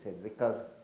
because